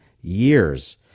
years